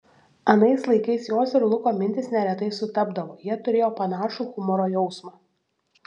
anais laikais jos ir luko mintys neretai sutapdavo jie turėjo panašų humoro jausmą